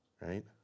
right